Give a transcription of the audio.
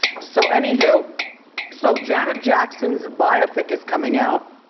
so, anywho, so janet jackson's biopic is coming out.